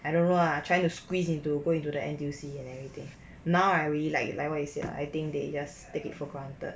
I don't know lah trying to squeeze into go into the N_T_U_C and everything now I really like like what you said lah I think they just take it for granted